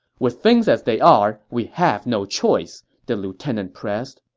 with things as they are, we have no choice, the lieutenant pressed